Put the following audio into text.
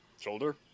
Shoulder